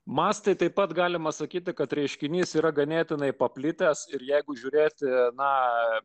mastai taip pat galima sakyti kad reiškinys yra ganėtinai paplitęs ir jeigu žiūrėti na